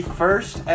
first